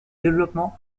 développement